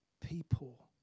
people